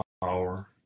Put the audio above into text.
power